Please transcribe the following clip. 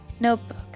Notebook